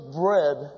bread